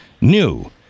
new